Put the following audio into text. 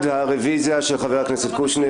הרביזיה של חבר הכנסת קושניר?